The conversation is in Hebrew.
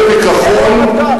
פיקחון.